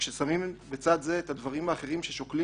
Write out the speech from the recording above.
וכששמים בצד זה את הדברים האחרים ששוקלים